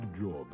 job